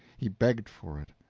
he begged for it,